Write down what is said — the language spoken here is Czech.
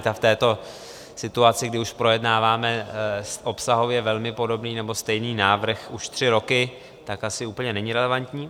Ta v této situaci, kdy projednáváme obsahově velmi podobný nebo stejný návrh už tři roky, tak asi úplně není relevantní.